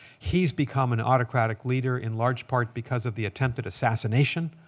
he's become an autocratic leader, in large part because of the attempted assassination